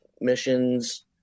missions